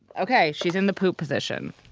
okay. she's in the poop position.